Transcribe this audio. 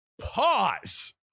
Pause